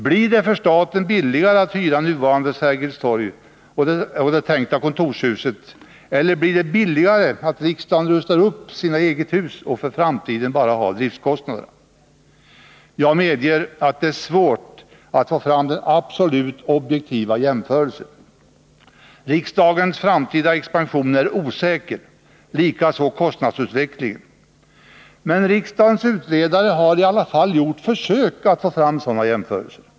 Blir det för staten billigare att hyra nuvarande hus vid Sergels torg och det tänkta kontorshuset, eller blir det billigare att riksdagen rustar upp sina egna hus och för framtiden bara har driftkostnader? Jag medger att det är svårt att få fram den absolut objektiva jämförelsen. Riksdagens framtida expansion är osäker, likaså kostnadsutvecklingen. Men riksdagens utredare har i alla fall gjort försök att få fram sådana jämförelser.